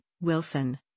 Wilson